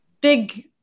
big